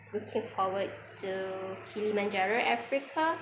looking forward to kilimanjaro africa